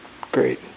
great